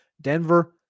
Denver